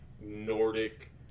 Nordic